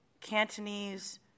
Cantonese